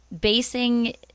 basing